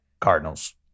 Cardinals